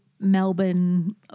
Melbourne